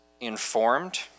informed